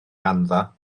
ganddo